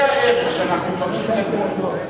זה הערך שאנחנו מבקשים לדון בו.